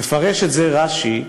מפרש את זה רש"י: